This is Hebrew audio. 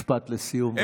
משפט לסיום, בבקשה.